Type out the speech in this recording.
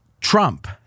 Trump